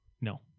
No